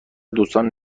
دوستان